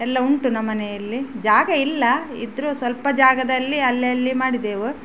ಎಲ್ಲ ಉಂಟು ನಮ್ಮನೆಯಲ್ಲಿ ಜಾಗ ಇಲ್ಲ ಇದ್ದರೂ ಸ್ವಲ್ಪ ಜಾಗದಲ್ಲಿ ಅಲ್ಲಲ್ಲಿ ಮಾಡಿದೆವು